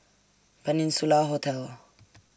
Peninsula Hotel